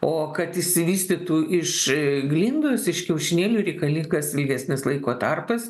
o kad išsivystytų iš glindos iš kiaušinėlių reikalingas ilgesnis laiko tarpas